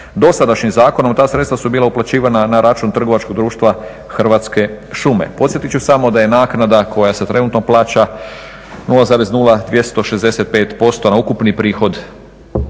Dosadašnji zakonom ta sredstva su bila uplaćivana na račun Trgovačkog društva Hrvatske šume. Podsjetit ću samo da je naknada koja se trenutno plaća 0,0265% na ukupni prihod